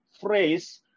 phrase